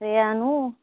రాని